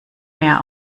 mehr